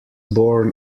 born